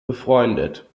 befreundet